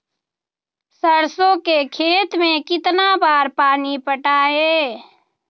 सरसों के खेत मे कितना बार पानी पटाये?